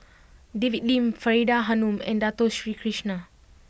David Lim Faridah Hanum and Dato Sri Krishna